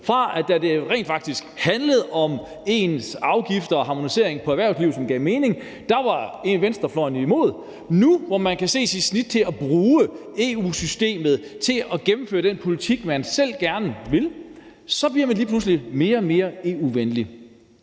Da det rent faktisk handlede om afgifter og harmonisering af erhvervslivet, som gav mening, var venstrefløjen var imod. Nu, hvor man kan se sit snit til at bruge EU-systemet til at gennemføre den politik, man selv gerne vil gennemføre, så bliver man lige pludselig mere og mere EU-venlig.